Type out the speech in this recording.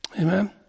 Amen